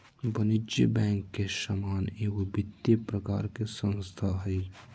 वाणिज्यिक बैंक के समान एगो वित्तिय प्रकार के संस्था हइ